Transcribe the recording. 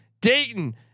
Dayton